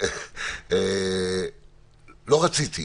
לא רציתי.